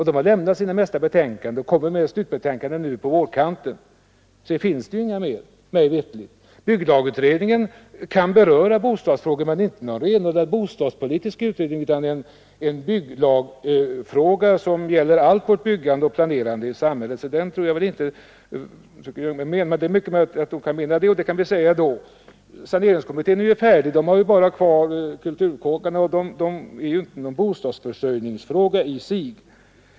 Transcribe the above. Den har lämnat de flesta av sina betänkanden och kommer med ett slutbetänkande nu på vårkanten. Härutöver finns mig veterligt inga fler utredningar på området. Bygglagutredningen kan beröra bostadsfrågor, men den är inte något renodlad bostadspolitisk utredning utan behandlar en bygglagsfråga som gäller allt vårt byggande och planerande i samhället. Den tror jag därför inte att fröken Ljungberg syftade på — säker är jag emellertid inte på den punkten. Saneringskommittén är i det närmaste färdig — den har bara frågan om kulturhusen kvar att behandla, och det är inte någon bostadsförsörjningsfråga i sig.